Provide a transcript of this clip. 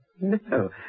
No